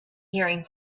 hearing